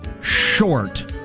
short